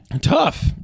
tough